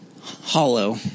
Hollow